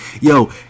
yo